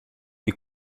est